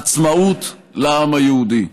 עצמאות לעם היהודי.